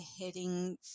heading